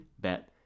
bet